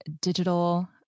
digital